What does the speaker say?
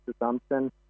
assumption